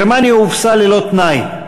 גרמניה הובסה ללא תנאי,